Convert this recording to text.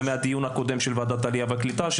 זה מהדיון הקודם של ועדת העלייה והקליטה.